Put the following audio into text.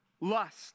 lust